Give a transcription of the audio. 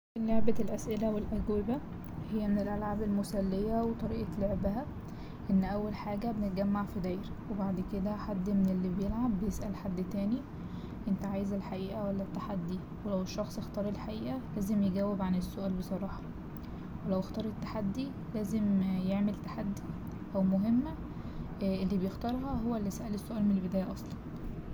لعبة الأسئلة والأجوبة هي من الألعاب المسلية، وطريقة لعبها إن أول حاجة بنتجمع في دايرة وبعد كده حد من اللي بيلعب بيسأل حد تاني أنت عايز الحقيقة ولا التحدي لو الشخص إختار الحقيقة لازم يجاوب عن السؤال بصراحة ولو إختار التحدي لازم يعمل تحدي أو مهمة اللي بيختارها هو اللي سأل السؤال من البداية أصلا.